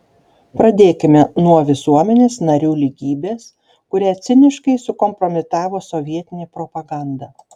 pradėkime nuo visuomenės narių lygybės kurią ciniškai sukompromitavo sovietinė propaganda